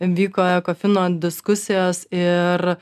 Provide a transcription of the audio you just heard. vyko ekofino diskusijos ir